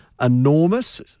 enormous